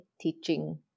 teaching